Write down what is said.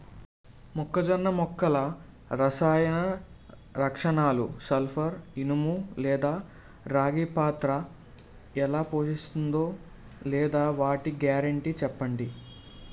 మొక్కజొన్న మొక్కల రసాయన రక్షణలో సల్పర్, ఇనుము లేదా రాగి పాత్ర ఎలా పోషిస్తుందో లేదా వాటి గ్యారంటీ చెప్పండి